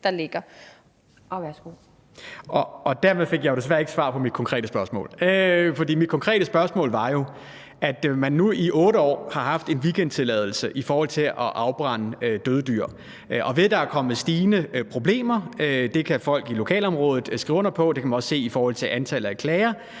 der er kommet stigende problemer – det kan folk i lokalområdet skrive under på, og det kan man også se på antallet af klager